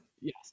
Yes